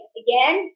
again